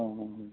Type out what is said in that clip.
অঁ